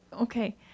Okay